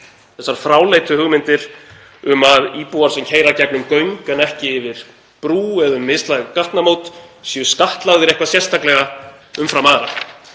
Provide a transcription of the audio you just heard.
þessar fráleitu hugmyndir um að íbúar sem keyra í gegnum göng en ekki yfir brú eða mislæg gatnamót séu skattlagðir sérstaklega umfram aðra.